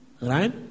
Right